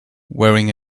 wearing